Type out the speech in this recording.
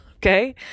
Okay